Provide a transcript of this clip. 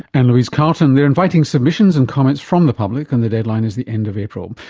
anne-louise carlton. they're inviting submissions and comments from the public and the deadline is the end of april.